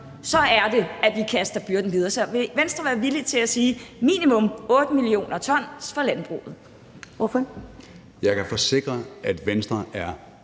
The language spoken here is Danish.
t, er det, at vi kaster byrden videre. Så vil Venstre være villig til at sige minimum 8 mio. t fra landbruget? Kl. 11:00 Første